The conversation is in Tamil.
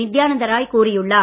நித்தியானந்த ராய் கூறியுள்ளார்